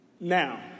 Now